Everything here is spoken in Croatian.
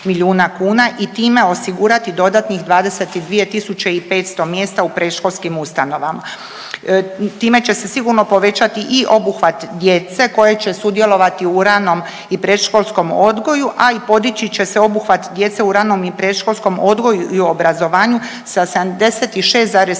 i time osigurati dodatnih 22 500 mjesta u predškolskim ustanovama. Time će se sigurno povećati i obuhvat djece koje će sudjelovati u ranom i predškolskom odgoju, a i podići će se obuhvat djece u ranom i predškolskom odgoju i obrazovanju sa 76,3%